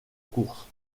course